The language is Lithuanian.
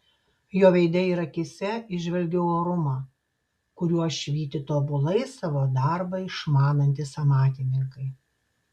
jo veide ir akyse įžvelgiau orumą kuriuo švyti tobulai savo darbą išmanantys amatininkai